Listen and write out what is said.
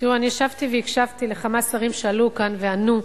תראו, אני ישבתי והקשבתי לכמה שרים שעלו כאן וענו,